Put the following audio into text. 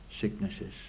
sicknesses